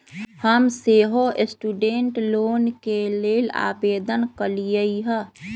हम सेहो student loan के लेल आवेदन कलियइ ह